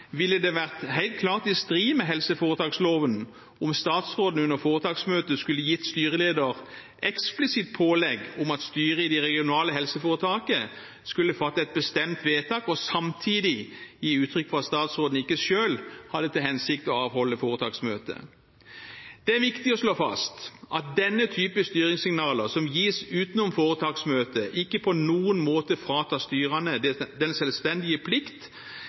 ville det vært helt klart i strid med helseforetaksloven om statsråden under foretaksmøtet skulle gitt styreleder eksplisitt pålegg om at styret i det regionale helseforetaket skulle fatte et bestemt vedtak og samtidig gi uttrykk for at statsråden ikke selv hadde til hensikt å avholde foretaksmøte. Det er viktig å slå fast at denne typen styringssignaler som gis utenom foretaksmøtet, ikke på noen måte fratar styrene den selvstendige